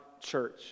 church